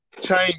change